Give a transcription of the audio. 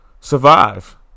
survive